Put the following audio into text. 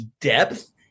depth